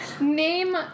Name